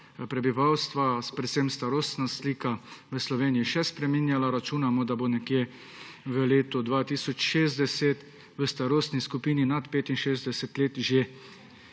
prebivalstva, predvsem starostna slika, v Sloveniji še spreminjala. Računamo, da bo nekje v letu 2060 v starostni skupini nad 65 let že